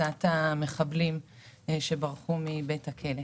תפיסת המחבלים שברחו מבית הכלא.